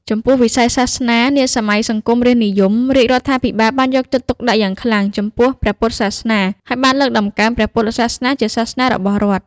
ចំពោះ វិស័យសាសនា នាសម័យសង្គមរាស្ត្រនិយម រាជរដ្ឋាភិបាលបានយកចិត្តទុកដាក់យ៉ាងខ្លាំងចំពោះព្រះពុទ្ធសាសនា ហើយបាន លើកតម្កើងព្រះពុទ្ធសាសនាជាសាសនារបស់រដ្ឋ។